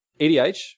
EDH